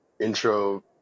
intro